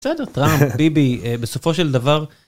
בסדר, ביבי בסופו של דבר.